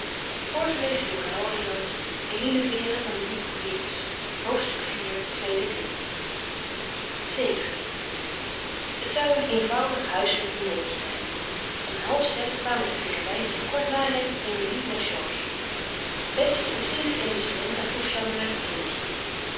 diner vii het zou een eenvoudig huiselijk dinertje zijn om halfzes kwamen de ferelijns en kort na hen emilie met georges betsy ontving ze in den salon en vroeg jeanne naar het kindje